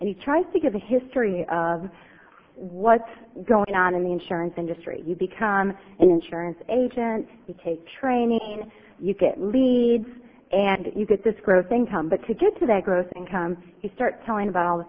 and he tries to give the history of what's going on in the insurance industry you become an insurance agent you take training you get leads and you get this growth thing come but to get to that gross income you start telling about all the